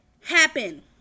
happen